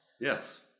Yes